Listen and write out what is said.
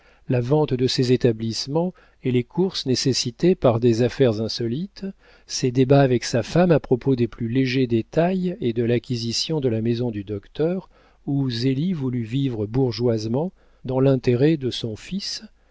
la vente de ses établissements et les courses nécessitées par des affaires insolites ses débats avec sa femme à propos des plus légers détails et de l'acquisition de la maison du docteur où zélie voulut vivre bourgeoisement dans l'intérêt de son fils